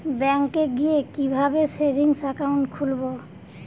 ব্যাঙ্কে গিয়ে কিভাবে সেভিংস একাউন্ট খুলব?